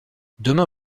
demain